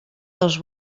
dels